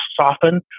soften